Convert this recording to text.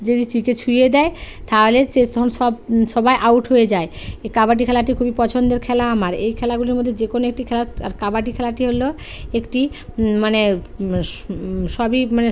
যদি ছুঁয়ে দেয় তাহলে সে তখন সব সবাই আউট হয়ে যায় এ কাবাডি খেলাটি খুবই পছন্দের খেলা আমার এই খেলাগুলির মধ্যে যে কোনো একটি খেলা আর কাবাডি খেলাটি হল একটি মানে সবই মানে